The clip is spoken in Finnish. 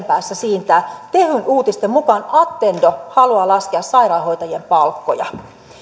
päässä siintää tehyn uutisten mukaan attendo haluaa laskea sairaanhoitajien palkkoja